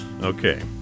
Okay